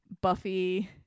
Buffy